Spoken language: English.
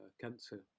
cancer